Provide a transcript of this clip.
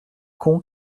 con